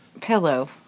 pillow